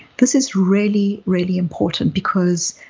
this is really, really important because